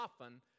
often